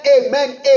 amen